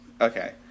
okay